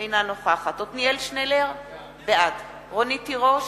אינה נוכחת עתניאל שנלר, בעד רונית תירוש,